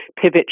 pivot